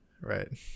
Right